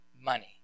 money